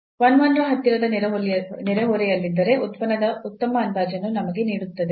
1 1 ರ ಹತ್ತಿರದ ನೆರೆಹೊರೆಯಲ್ಲಿದ್ದರೆ ಉತ್ಪನ್ನದ ಉತ್ತಮ ಅಂದಾಜನ್ನು ನಮಗೆ ನೀಡುತ್ತದೆ